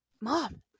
Mom